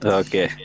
okay